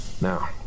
Now